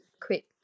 quick